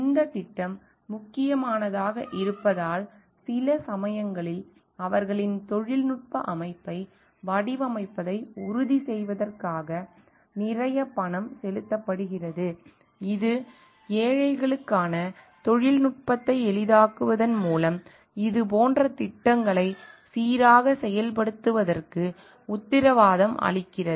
இந்தத் திட்டம் முக்கியமானதாக இருப்பதால் சில சமயங்களில் அவர்களின் தொழில்நுட்ப அமைப்பை வடிவமைப்பதை உறுதி செய்வதற்காக நிறைய பணம் செலுத்தப்படுகிறது இது ஏழைகளுக்கான தொழில்நுட்பத்தை எளிதாக்குவதன் மூலம் இதுபோன்ற திட்டங்களைச் சீராகச் செயல்படுத்துவதற்கு உத்தரவாதம் அளிக்கிறது